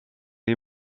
die